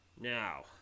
Now